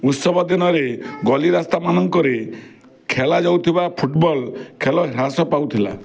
ଉତ୍ସବ ଦିନରେ ଗଲିରାସ୍ତା ମାନଙ୍କରେ ଖେଳାଯାଉଥିବା ଫୁଟବଲ୍ ଖେଲ ହ୍ରାସ ପାଉଥିଲା